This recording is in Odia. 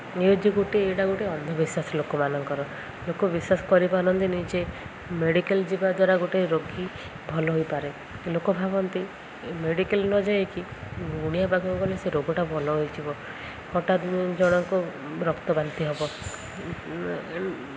ଇଏ ହେଉଛି ଗୋଟେ ଏଇଟା ଗୋଟେ ଅନ୍ଧବିଶ୍ୱାସ ଲୋକମାନଙ୍କର ଲୋକ ବିଶ୍ୱାସ କରିପାରନ୍ତିନି ଯେ ମେଡ଼ିକାଲ୍ ଯିବା ଦ୍ୱାରା ଗୋଟେ ରୋଗୀ ଭଲ ହୋଇପାରେ ଲୋକ ଭାବନ୍ତି ମେଡ଼ିକାଲ୍ ନଯାଇକି ଗୁଣିଆ ପାଖକୁ ଗଲେ ସେ ରୋଗଟା ଭଲ ହୋଇଯିବ ହଠାତ୍ ଜଣଙ୍କୁ ରକ୍ତ ବାନ୍ତି ହେବ